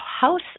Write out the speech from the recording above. house